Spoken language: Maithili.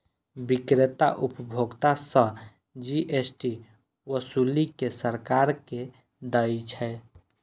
बिक्रेता उपभोक्ता सं जी.एस.टी ओसूलि कें सरकार कें दै छै